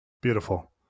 Beautiful